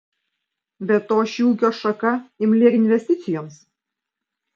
be to ši ūkio šaka imli ir investicijoms